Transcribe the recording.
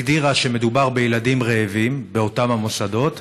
הגדירה שמדובר בילדים רעבים באותם מוסדות,